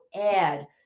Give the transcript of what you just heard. add